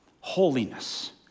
Holiness